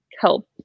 help